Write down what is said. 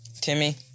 timmy